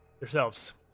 Yourselves